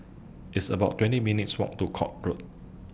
It's about twenty minutes' Walk to Court Road